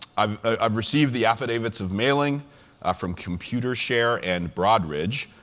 i've i've received the affidavits of mailing ah from computershare and broadridge,